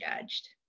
judged